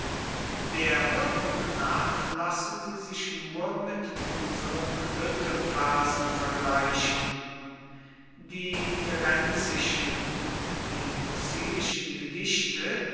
der wirkung nach lassen sie sich nur mit unseren knüttelversen vergleichen die terenzischen und die lucilischen gedichte